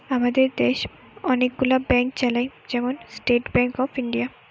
আমাদের দেশ অনেক গুলো ব্যাংক চালায়, যেমন স্টেট ব্যাংক অফ ইন্ডিয়া